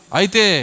aite